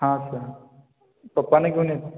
हां सं पप्पांना घेऊन येईन